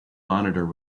monitor